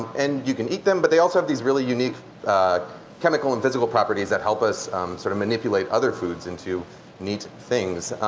and you can eat them, but they also have these really unique chemical and physical properties that help us sort of manipulate other foods into neat things.